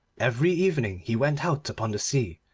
every evening he went out upon the sea,